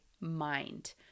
mind